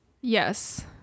Yes